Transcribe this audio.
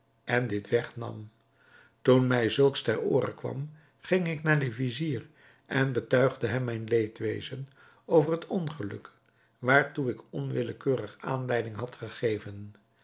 en dit weg nam toen mij zulks ter oore kwam ging ik naar den vizier en betuigde hem mijn leedwezen over het ongeluk waartoe ik onwillekeurig aanleiding had gegeven